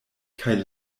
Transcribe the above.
kaj